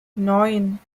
neun